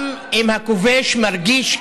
גם אם הכובש מרגיש,